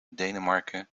denemarken